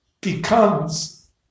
becomes